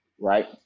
Right